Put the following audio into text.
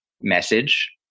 message